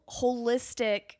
holistic